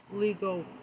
legal